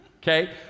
okay